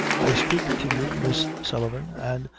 i speak to you, miss sullivan and,